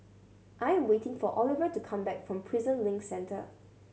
I'm waiting for Oliver to come back from Prison Link Centre